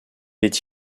est